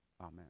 amen